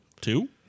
two